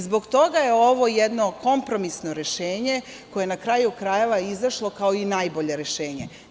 Zbog toga je ovo jedno kompromisno rešenje koje, na kraju krajeva, je izašlo kao i najbolje rešenje.